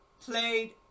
played